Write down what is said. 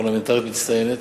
פרלמנטרית מצטיינת.